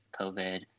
COVID